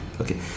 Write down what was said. Okay